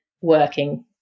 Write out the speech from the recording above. working